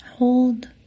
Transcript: Hold